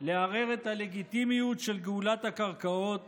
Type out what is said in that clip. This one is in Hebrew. לערער את הלגיטימיות של גאולת הקרקעות